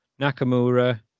Nakamura